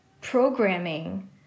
programming